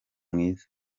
mwiza